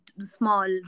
small